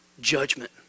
judgment